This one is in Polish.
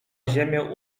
ziemię